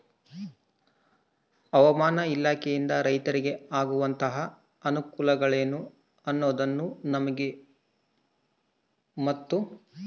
ಹವಾಮಾನ ಇಲಾಖೆಯಿಂದ ರೈತರಿಗೆ ಆಗುವಂತಹ ಅನುಕೂಲಗಳೇನು ಅನ್ನೋದನ್ನ ನಮಗೆ ಮತ್ತು?